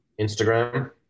instagram